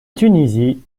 tunisie